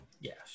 yes